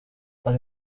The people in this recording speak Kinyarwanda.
ari